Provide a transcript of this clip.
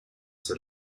seit